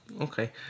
Okay